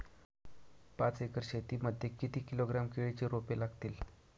पाच एकर शेती मध्ये किती किलोग्रॅम केळीची रोपे लागतील?